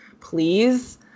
please